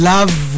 Love